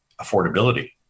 affordability